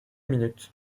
minutes